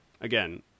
Again